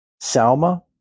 Salma